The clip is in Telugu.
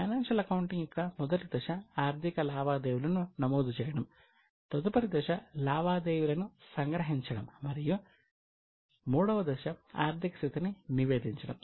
ఫైనాన్షియల్ అకౌంటింగ్ యొక్క మొదటి దశ ఆర్థిక లావాదేవీలను నమోదు చేయడం తదుపరి దశ లావాదేవీలను సంగ్రహించడం మరియు మూడవ దశ ఆర్థిక స్థితిని నివేదించడం